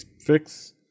fix